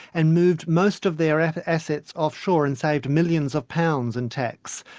and moved most of their assets offshore, and saved millions of pounds in tax.